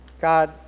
God